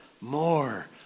more